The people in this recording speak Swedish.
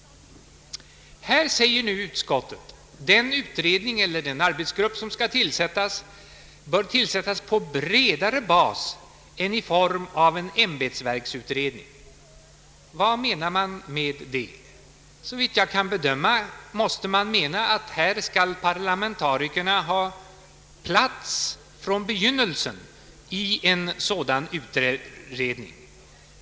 Utskottet anför nu att den utredning eller arbetsgrupp som skall tillsättas bör bedriva sitt arbete på bredare bas än i form av en ämbetsverksutredning. Vad menas med detta? Såvitt jag kan bedöma, måste utskottet mena att parlamentarikerna skall få plats i en sådan utredning redan från begynnelsen.